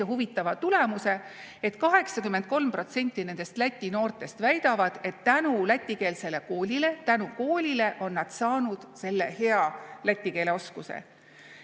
huvitava tulemuse, et 83% nendest Läti noortest väidavad, et tänu lätikeelsele koolile, tänu koolile on nad saanud selle hea läti keele oskuse.